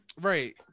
Right